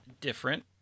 different